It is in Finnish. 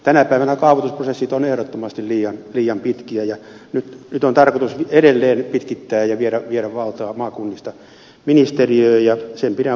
tänä päivänä kaavoitusprosessit ovat ehdottomasti liian pitkiä ja nyt on tarkoitus edelleen pitkittää ja viedä valtaa maakunnista ministeriöön ja sitä pidän huonona suuntana